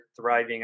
thriving